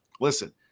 listen